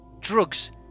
Drugs